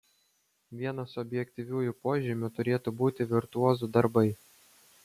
vienas objektyviųjų požymių turėtų būti virtuozų darbai